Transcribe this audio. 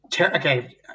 okay